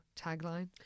tagline